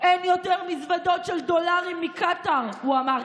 אין יותר מזוודות של דולרים מקטאר, הוא אמר.